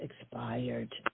expired